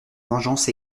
vengeance